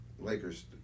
Lakers